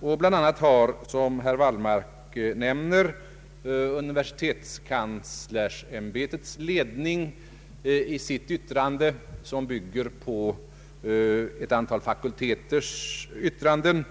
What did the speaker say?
och bland andra har som herr Wallmark nämnde universitetskanslersämbetets ledning sagt nej, och dess ställningstagande bygger på ett antal fakulteters yttranden.